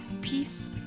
peace